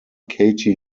katie